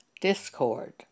discord